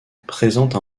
présente